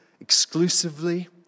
exclusively